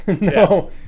No